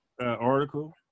article